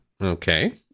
Okay